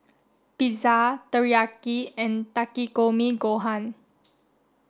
Pizza Teriyaki and Takikomi Gohan